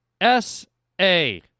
S-A